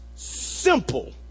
Simple